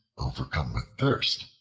overcome with thirst,